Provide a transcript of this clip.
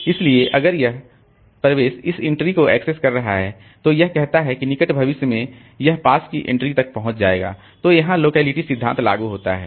इसलिए अगर यह प्रवेश इस एंट्री को एक्सेस कर रहा है तो यह कहता है कि निकट भविष्य में यह पास की एंट्री तक पहुंच जाएगा तो यहां लोकेलिटी सिद्धांत लागू होता है